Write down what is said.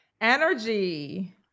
Energy